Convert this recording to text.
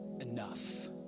enough